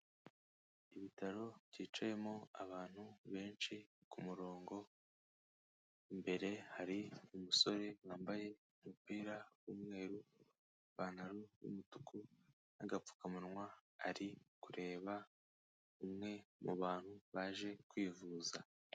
Ibitaro byicayemo abantu benshi ku murongo, imbere hari umusore wambaye umupira w'umweru, ipantaro y'umutuku n'agapfukamunwa ari kureba umwe mu bantu baje kwivuza.